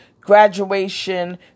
graduation